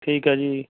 ਠੀਕ ਆ ਜੀ